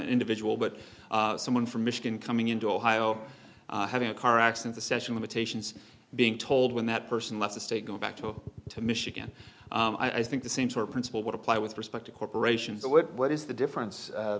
individual but someone from michigan coming into ohio having a car accident the session limitations being told when that person left the state go back to michigan i think the same sort of principle would apply with respect to corporations what is the difference